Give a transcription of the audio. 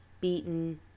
beaten